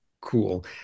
cool